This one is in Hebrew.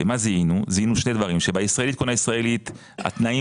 זיהינו שני דברים: שבישראלית קונה ישראלית התנאים